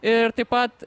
ir taip pat